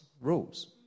rules